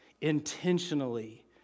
intentionally